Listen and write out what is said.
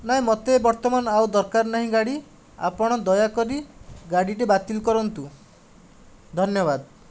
ନାହିଁ ମୋତେ ବର୍ତ୍ତମାନ ଆଉ ଦରକାର ନାହିଁ ଗାଡ଼ି ଆପଣ ଦୟାକରି ଗାଡ଼ିଟି ବାତିଲ୍ କରନ୍ତୁ ଧନ୍ୟବାଦ